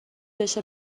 بشه